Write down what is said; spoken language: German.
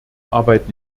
arbeit